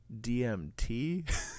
DMT